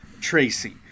Tracy